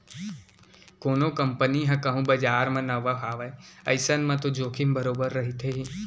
कोनो कंपनी ह कहूँ बजार म नवा हावय अइसन म तो जोखिम बरोबर रहिथे ही